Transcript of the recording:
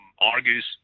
argues